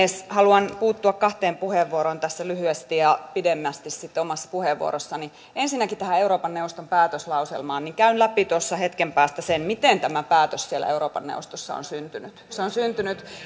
haluan puuttua kahteen puheenvuoroon lyhyesti tässä ja pidemmästi sitten omassa puheenvuorossani ensinnäkin tähän euroopan neuvoston päätöslauselmaan käyn läpi tuossa hetken päästä sen miten tämä päätös siellä euroopan neuvostossa on syntynyt se on syntynyt